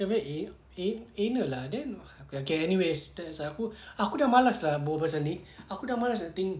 tapi eh eh anal lah then okay anyways stress ah aku aku dah malas berbual pasal ni aku dah malas think